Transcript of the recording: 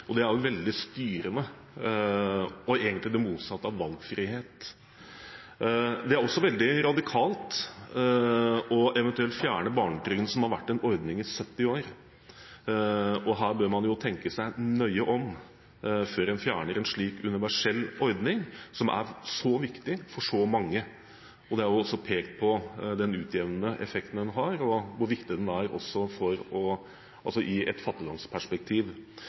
Det er veldig styrende og egentlig det motsatte av valgfrihet. Det er også veldig radikalt eventuelt å fjerne barnetrygden, som har vært en ordning i 70 år. Man bør tenke seg nøye om før man fjerner en slik universell ordning som er så viktig for så mange. Det har også blitt pekt på den utjevnende effekten den har, og hvor viktig den er i et fattigdomsperspektiv. Det kunne vært interessant å